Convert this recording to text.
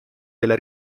della